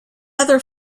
other